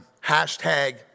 hashtag